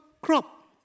crop